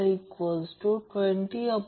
45 असेल कारण ते XL 31